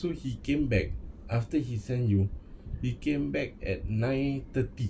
so he came back after he sent you he came back at nine thirty